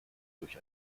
durch